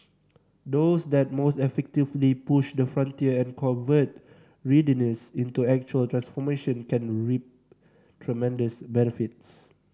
those that most effectively push the frontier and convert readiness into actual transformation can reap tremendous benefits